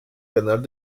canal